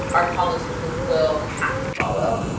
our politicians will and have to follow.